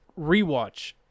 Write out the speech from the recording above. rewatch